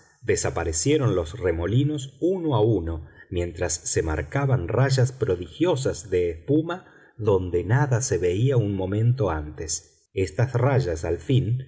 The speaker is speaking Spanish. desaparecieron los remolinos uno a uno mientras se marcaban rayas prodigiosas de espuma donde nada se veía un momento antes estas rayas al fin